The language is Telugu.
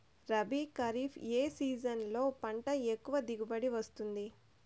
రబీ, ఖరీఫ్ ఏ సీజన్లలో పంట ఎక్కువగా దిగుబడి వస్తుంది